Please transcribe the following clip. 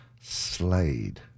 Slade